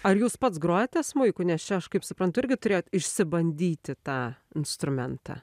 ar jūs pats grojate smuiku nes čia aš kaip suprantu irgi turėjot išsibandyti tą instrumentą